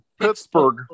Pittsburgh